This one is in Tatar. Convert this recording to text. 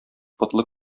потлы